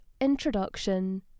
Introduction